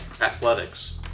athletics